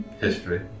history